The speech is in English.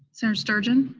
senator sturgeon?